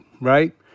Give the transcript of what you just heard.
right